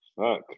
Fuck